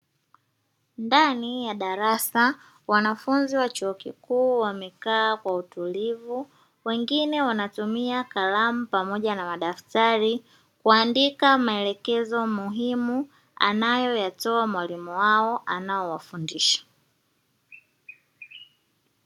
Ndani ya darasa wanafunzi wa chuo kikuu wamekaa kwa utulivu wengine wanatumia karamu pamoja na madaftari kuandika maelekezo muhimu anayo yatoa mwalimu wao anaowafundisha.